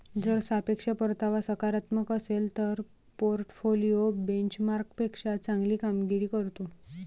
जर सापेक्ष परतावा सकारात्मक असेल तर पोर्टफोलिओ बेंचमार्कपेक्षा चांगली कामगिरी करतो